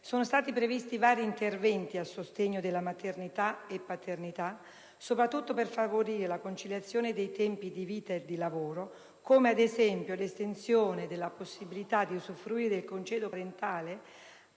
sono stati previsti vari interventi a sostegno della maternità e della paternità, soprattutto per favorire la conciliazione dei tempi di vita e di lavoro, come, ad esempio, l'estensione della possibilità di usufruire del congedo parentale